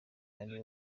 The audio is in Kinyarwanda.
ari